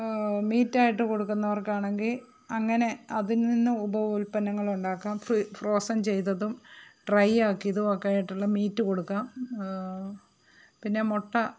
meet ആയിട്ട് കൊടുക്കുന്നവർക്ക് ആണെങ്കിൽ അങ്ങനെ അതിൽ നിന്ന് ഉപ ഉൽപന്നങ്ങൾ ഉണ്ടാക്കാം ഫ്രോസൺ ചെയ്തതും ഡ്രൈ ആക്കിയതുമൊക്കെയായിട്ടുള്ള മീറ്റ് കൊടുക്കാം പിന്നെ മുട്ട